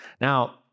Now